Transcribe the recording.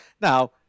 Now